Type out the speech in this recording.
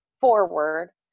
forward